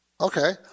Okay